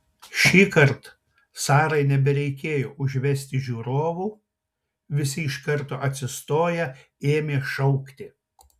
šįkart sarai nebereikėjo užvesti žiūrovų visi iš karto atsistoję ėmė šaukti